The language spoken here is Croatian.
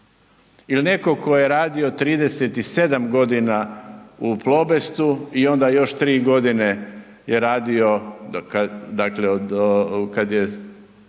Ili netko tko je radio 37 godina u Plobestu i onda još 3 godine je radio, dakle kad je